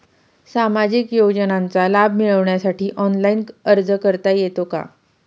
सामाजिक योजनांचा लाभ मिळवण्यासाठी ऑनलाइन अर्ज करता येतो का?